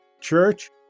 Church